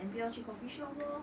then 不要去 coffeeshop lor